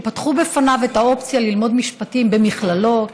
שפתחו בפניו את האופציה ללמוד משפטים במכללות,